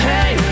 Hey